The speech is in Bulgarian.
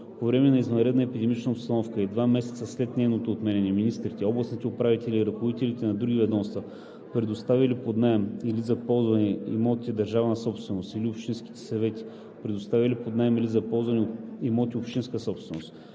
По време на извънредната епидемична обстановка и два месеца след нейната отмяна министрите, областните управители и ръководителите на други ведомства, предоставили под наем или за ползване имоти – държавна собственост, или общинските съвети, предоставили под наем или за ползване имоти – общинска собственост,